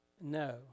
No